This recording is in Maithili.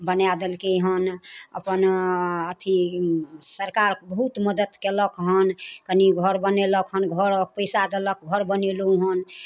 बनाए देलकै हन अपन अथी सरकार बहुत मदति केलक हन कनी घर बनेलक हन घर पैसा देलक घर बनेलहुँ हन